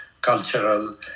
cultural